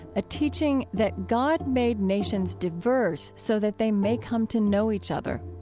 a teaching that god made nations diverse so that they may come to know each other.